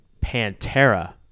Pantera